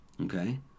Okay